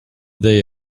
they